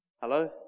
Hello